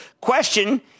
question